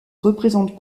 représente